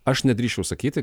aš nedrįsčiau sakyti